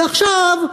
ועכשיו,